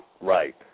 Right